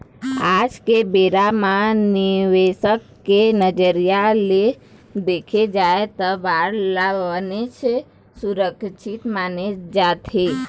आज के बेरा म निवेसक के नजरिया ले देखे जाय त बांड ल बनेच सुरक्छित माने जाथे